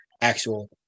actual